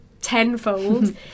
tenfold